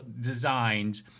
designed